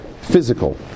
physical